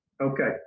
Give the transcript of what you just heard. Okay